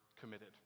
committed